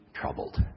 troubled